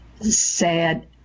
sad